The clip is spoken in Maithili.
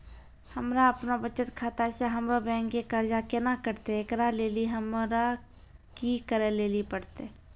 हमरा आपनौ बचत खाता से हमरौ बैंक के कर्जा केना कटतै ऐकरा लेली हमरा कि करै लेली परतै?